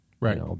right